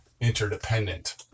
interdependent